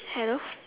hello